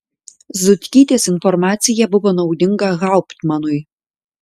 zutkytės informacija buvo naudinga hauptmanui